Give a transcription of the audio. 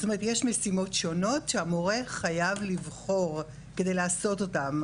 זאת אומרת יש משימות שונות שהמורה חייב לבחור כדי לעשות אותם,